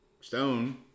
Stone